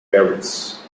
paris